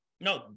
No